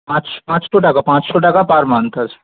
পাঁচশো পাঁচশো টাকা পাঁচশো টাকা পার মান্থ আছে